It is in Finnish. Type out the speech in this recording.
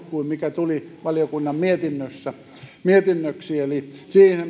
kuin mikä tuli valiokunnan mietinnöksi eli